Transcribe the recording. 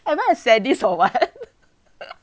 am I a sadist or what